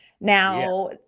Now